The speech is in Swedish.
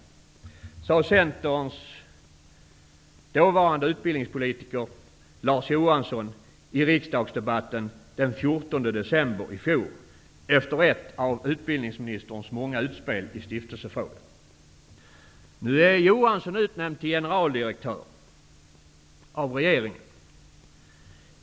Detta sade, efter ett av utbildningsministerns många utspel i stiftelsefrågan, Centerns dåvarande utbildningspolitiker Larz Johansson i riksdagsdebatten 14 december i fjol. Nu är Johansson utnämnd till generaldirektör av regeringen.